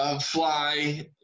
fly